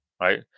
right